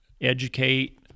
educate